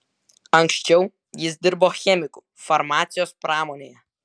anksčiau jis dirbo chemiku farmacijos pramonėje